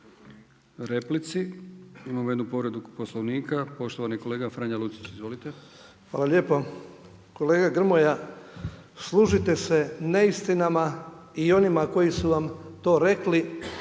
Hvala lijepo. Kolega Grmoja, služite se neistinama i onima koji su vam to rekli,